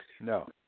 No